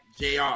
JR